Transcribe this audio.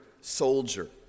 soldier